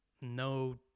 no